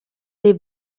les